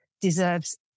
deserves